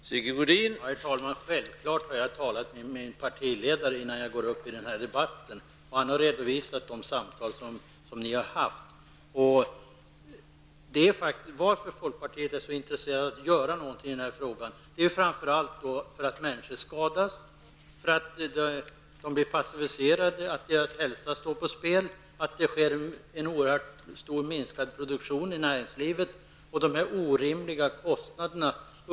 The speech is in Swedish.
Herr talman! Det är självklart att jag talar med min partiledare innan jag går upp i en sådan här debatt. Han har redovisat de samtal som ni har fört. Anledningen till att folkpartiet är så intresserat av att göra någonting är framför allt att människor skadas, att de passiviseras, att deras hälsa står på spel och att det blir en oerhört stor produktionsminskning i näringslivet. Kostnaderna är orimliga.